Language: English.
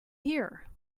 here